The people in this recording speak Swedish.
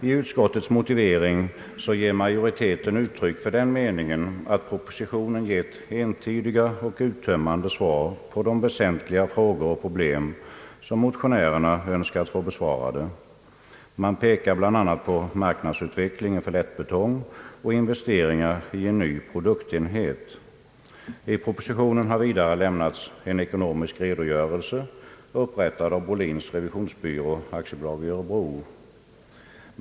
I utskottets motivering ger majoriteten uttryck för den meningen att propositionen ger entydiga och uttömmande svar på de väsentliga frågor motionärerna ställt och att propositionen belyst de problem motionärerna tagit upp. Man pekar bl.a. på marknadsutvecklingen för lättbetong och investeringar i en ny produktenhet. I propositionen har vidare lämnats en ekonomisk redogörelse, upprättad av Bohlins revisionsbyrå AB i örebro.